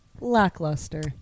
Lackluster